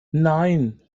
nein